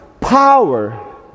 power